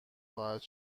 خواهد